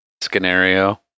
Scenario